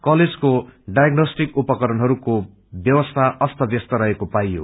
कलेजको डाईग्नोस्टिक उपकहरणहरूको व्यवसी अस्त व्यस्त रहेको पाइयो